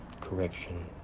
correction